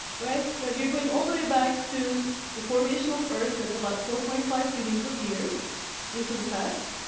right, so we are going all the way back to the formation of earth. that's about four point five billions of years into the past,